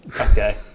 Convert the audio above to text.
Okay